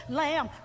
lamb